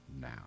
now